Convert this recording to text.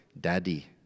daddy